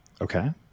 Okay